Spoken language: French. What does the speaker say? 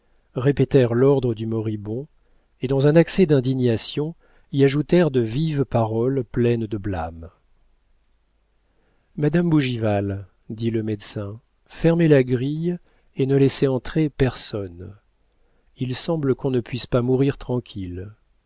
répétèrent l'ordre du moribond et dans un accès d'indignation y ajoutèrent de vives paroles pleines de blâme madame bougival dit le médecin fermez la grille et ne laissez entrer personne il semble qu'on ne puisse pas mourir tranquille